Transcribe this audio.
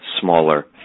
smaller